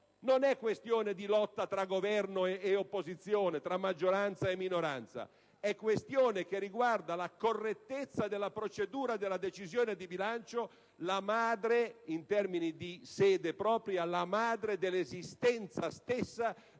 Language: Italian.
non si tratta di una lotta tra Governo e opposizione, tra maggioranza e minoranza; la questione riguarda piuttosto la correttezza della procedura della decisione di bilancio, la madre (in termini di sede propria) dell'esistenza stessa